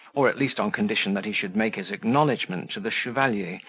or at least on condition that he should make his acknowledgment to the chevalier,